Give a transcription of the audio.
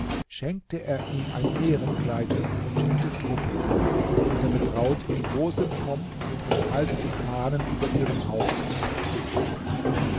schenkte er ihm ein ehrenkleid und schickte truppen ab um seine braut in großem pomp mit entfalteten fahnen über ihrem haupt abzuholen